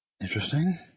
Interesting